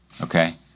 okay